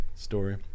story